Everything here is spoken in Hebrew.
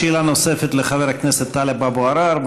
שאלה נוספת לחבר הכנסת טלב אבו עראר.